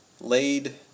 laid